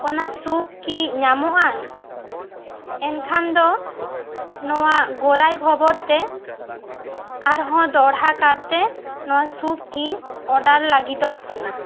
ᱚᱱᱟ ᱥᱩᱯ ᱠᱤ ᱧᱟᱢᱚᱜᱼᱟ ᱮᱱᱠᱷᱟᱱ ᱫᱚ ᱱᱚᱣᱟ ᱜᱚᱨᱟᱭ ᱵᱚᱵᱷᱚᱱ ᱛᱮ ᱟᱨ ᱦᱚᱸ ᱫᱚᱦᱲᱟ ᱠᱟᱨᱛᱮ ᱱᱚᱣᱟ ᱥᱩᱯ ᱤᱧ ᱚᱰᱟᱨ ᱞᱟᱹᱜᱤᱫᱚᱜ ᱠᱟᱱᱟ